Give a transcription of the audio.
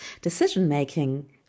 decision-making